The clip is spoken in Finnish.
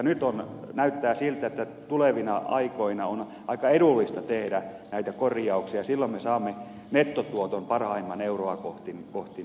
nyt näyttää siltä että tulevina aikoina on aika edullista tehdä näitä korjauksia ja silloin me saamme sitä kautta parhaimman nettotuoton euroa kohti